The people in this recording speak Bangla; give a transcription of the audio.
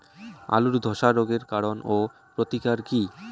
আলুর ধসা রোগের কারণ ও প্রতিকার কি?